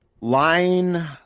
Line